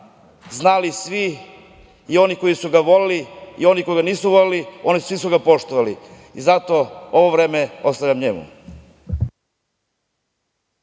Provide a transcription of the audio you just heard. znali svi i oni koji su ga voleli i oni koji ga nisu voleli, svi su ga poštovali i zato ovo vreme ostavljam njemu.